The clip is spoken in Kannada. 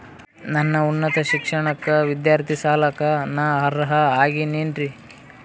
ನನ್ನ ಉನ್ನತ ಶಿಕ್ಷಣಕ್ಕ ವಿದ್ಯಾರ್ಥಿ ಸಾಲಕ್ಕ ನಾ ಅರ್ಹ ಆಗೇನೇನರಿ?